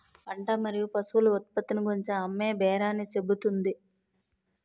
పంట మరియు పశువుల ఉత్పత్తిని గూర్చి అమ్మేబేరాన్ని చెబుతుంది